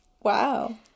Wow